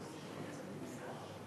אדוני היושב-ראש,